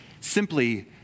simply